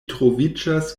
troviĝas